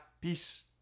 peace